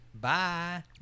Bye